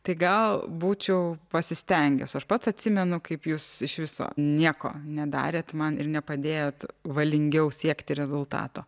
tai gal būčiau pasistengęs aš pats atsimenu kaip jūs iš viso nieko nedarėt man ir nepadėjot valingiau siekti rezultato